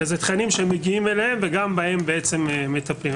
אלא זה תכנים שמגיעים אליהם וגם בהם בעצם מטפלים.